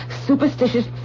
superstitious